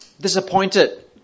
disappointed